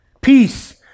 Peace